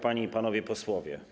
Panie i Panowie Posłowie!